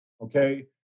Okay